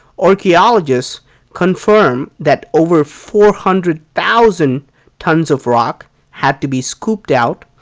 archeologists confirm that over four hundred thousand tons of rock had to be scooped out,